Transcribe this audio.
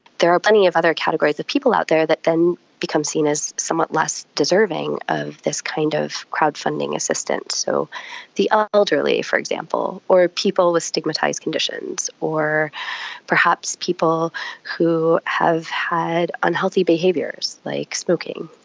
there are plenty of other categories of people out there that then become seen as somewhat less deserving of this kind of crowdfunding assistance, so the ah elderly for example or people with stigmatised conditions, or perhaps people who have had unhealthy behaviours, like smoking.